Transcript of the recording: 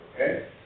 Okay